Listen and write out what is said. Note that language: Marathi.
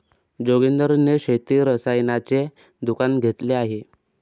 जोगिंदर ने शेती रसायनाचे दुकान घेतले आहे